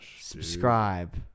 subscribe